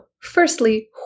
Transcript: firstly